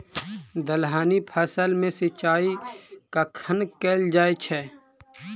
दलहनी फसल मे सिंचाई कखन कैल जाय छै?